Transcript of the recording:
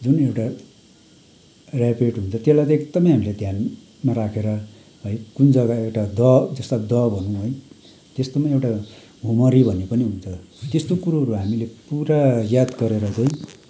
जुन एउटा ऱ्यापिड हुन्छ त्यसलाई चाहिँ एकदमै हामीले ध्यानमा राखेर है कुन जग्गा एउटा दह त्यसलाई दह भनौँ है त्यस्तोमा एउटा भुमरी भन्ने पनि हुन्छ त्यस्तो कुरोहरू हामीले पुरा याद गरेर चाहिँ